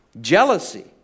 jealousy